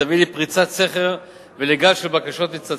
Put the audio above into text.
תביא לפריצת סכר ולגל של בקשות מצד